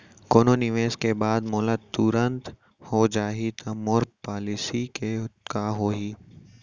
कोनो निवेश के बाद मोला तुरंत हो जाही ता मोर पॉलिसी के का होही?